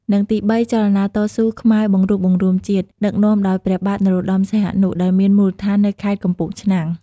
និង ទី៣ ចលនាតស៊ូ ខ្មែរបង្រួបបង្រួមជាតិ ដឹកនាំដោយព្រះបាទ នរោត្តមសីហនុ ដែលមានមូលដ្ឋាននៅ ខេត្តកំពង់ឆ្នាំង ។